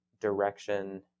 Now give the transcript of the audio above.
direction